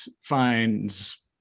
finds